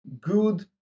good